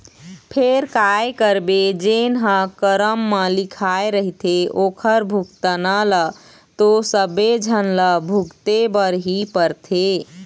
फेर काय करबे जेन ह करम म लिखाय रहिथे ओखर भुगतना ल तो सबे झन ल भुगते बर ही परथे